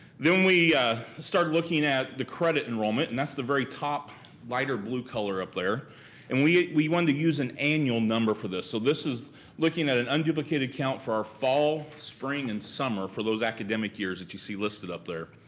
then we started looking at the credit enrollment and that's the very top lighter blue color up there and we wanted to use an annual number for this. so this is looking at an unduplicated count for our fall, spring, and summer for those academic years that you see listed up there.